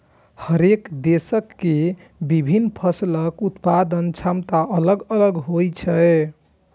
हरेक देशक के विभिन्न फसलक उत्पादन क्षमता अलग अलग होइ छै